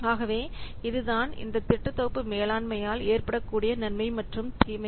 ஆகவே இதுதான் இந்தத் திட்ட தொகுப்பு மேலாண்மை ஏற்படக்கூடிய நன்மை மற்றும் தீமைகள்